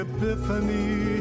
Epiphany